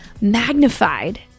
magnified